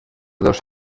dos